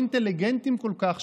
הלא-אינטליגנטיים כל כך,